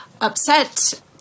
upset